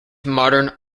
modern